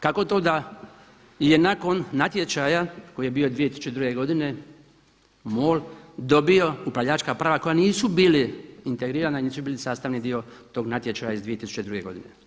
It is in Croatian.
Kako to da je nakon natječaja koji bio 2002. godine MOL dobio upravljačka prava koja nisu bila integrirana, nisu bila sastavni dio tog natječaja iz 2002. godine.